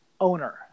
owner